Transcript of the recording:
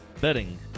Betting